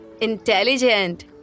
Intelligent